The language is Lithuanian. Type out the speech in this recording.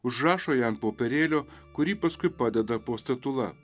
užrašo ją ant popierėlio kurį paskui padeda po statula